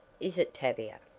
is it tavia?